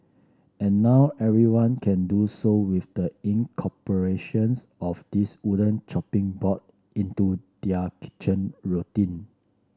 and now everyone can do so with the incorporations of this wooden chopping board into their kitchen routine